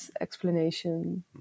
explanation